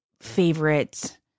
favorite